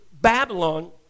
Babylon